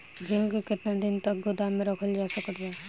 गेहूँ के केतना दिन तक गोदाम मे रखल जा सकत बा?